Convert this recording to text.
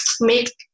make